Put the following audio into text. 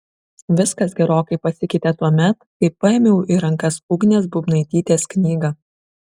viskas gerokai pasikeitė tuomet kai paėmiau į rankas ugnės būbnaitytės knygą